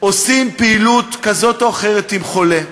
עושים פעילות כזאת או אחרת עם חולה,